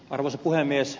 arvoisa puhemies